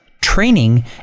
training